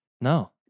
No